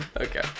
Okay